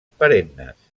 perennes